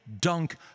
dunk